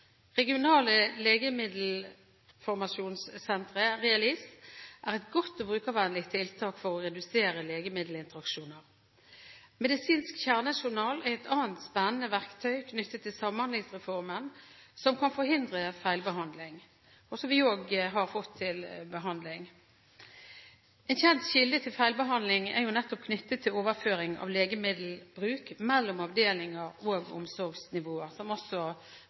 Regionale legemiddelinformasjonssentre – RELIS – er et godt og brukervennlig tiltak for å redusere legemiddelinteraksjoner. Medisinsk kjernejournal er et annet spennende verktøy, knyttet til Samhandlingsreformen, som kan forhindre feilbehandling, og som vi òg har fått til behandling. En kjent kilde til feilbehandling er knyttet nettopp til overføring av legemiddelbruk mellom avdelinger og omsorgsnivåer, som også